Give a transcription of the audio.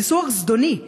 ניסוח זדוני,